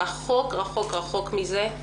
רחוק-רחוק-רחוק מזה.